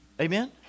Amen